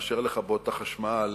מאשר לכבות את החשמל